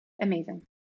amazing